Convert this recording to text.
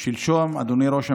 שלשום, אדוני ראש הממשלה,